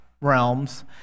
realms